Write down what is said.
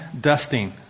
dusting